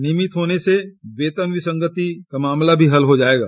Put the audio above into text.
नियमित होने से वेतन विसंगति का मामला भी हल हो जाएगा